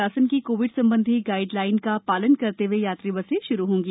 शासन की कोविड सम्बन्धी गाइड लाइन का पालन करते हुए यात्री बसें शुरू होंगी